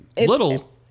Little